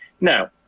Now